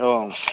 औ